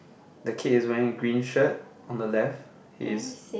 the kid is wearing green shirt on the left he's